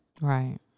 Right